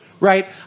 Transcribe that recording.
Right